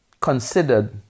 considered